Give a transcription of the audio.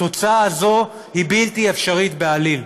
התוצאה הזאת היא בלתי אפשרית בעליל,